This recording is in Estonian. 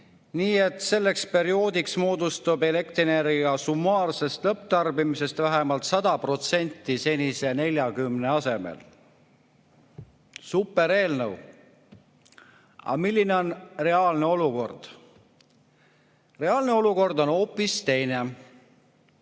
nii, et [aastaks 2030] moodustab elektrienergia summaarsest lõpptarbimisest vähemalt 100% senise 40% asemel. Supereelnõu! Aga milline on reaalne olukord? Reaalne olukord on